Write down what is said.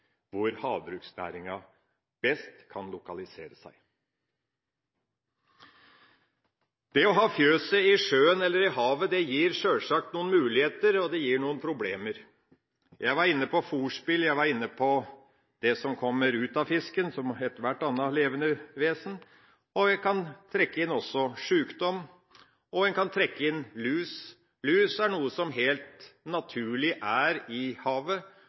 hvor havbruksnæringa best kan lokalisere seg. Det å ha fjøset i sjøen eller i havet gir sjølsagt noen muligheter, og det gir noen problemer. Jeg var inne på fôrspill, jeg var inne på det som kommer ut av fisken, som fra ethvert annet levende vesen. Vi kan også trekke inn sjukdom og lus. Lus er noe som helt naturlig er i havet,